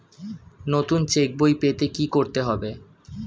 নতুন চেক বই পেতে কী করতে হবে?